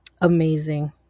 amazing